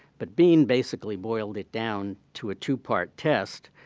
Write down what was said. but bean basically boiled it down to a two-part test.